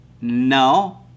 No